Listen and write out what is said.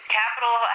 capital